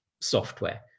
software